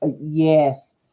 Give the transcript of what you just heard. yes